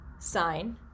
sign